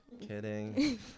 Kidding